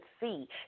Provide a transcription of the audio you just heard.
see